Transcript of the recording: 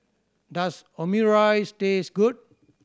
does Omurice taste good